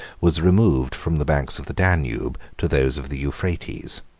was removed from the banks of the danube to those of the euphrates.